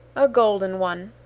a golden one.